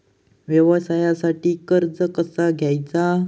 व्यवसायासाठी कर्ज कसा घ्यायचा?